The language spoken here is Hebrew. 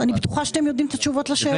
אז אני בטוחה שאתם יודעים את התשובות לשאלות שלי.